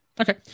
okay